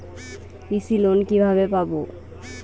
কৃষি লোন কিভাবে পাব?